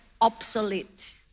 obsolete